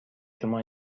شما